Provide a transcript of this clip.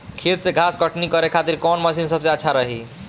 खेत से घास कटनी करे खातिर कौन मशीन सबसे अच्छा रही?